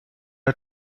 are